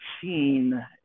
seen